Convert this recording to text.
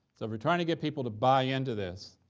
so if you're trying to get people to buy in to this,